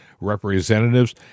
representatives